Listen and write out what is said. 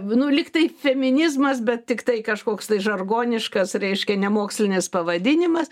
nu lygtai feminizmas bet tiktai kažkoks tai žargoniškas reiškia nemokslinis pavadinimas